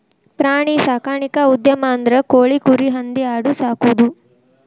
ಪ್ರಾಣಿ ಸಾಕಾಣಿಕಾ ಉದ್ಯಮ ಅಂದ್ರ ಕೋಳಿ, ಕುರಿ, ಹಂದಿ ಆಡು ಸಾಕುದು